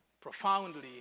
profoundly